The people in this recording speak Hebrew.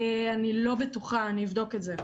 אני לא בטוחה, אני אבדוק את זה.